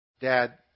Dad